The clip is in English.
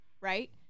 right